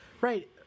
right